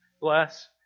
bless